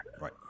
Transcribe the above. Right